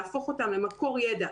להפוך אותם למקור ידע,